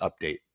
update